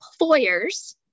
employers